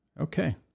Okay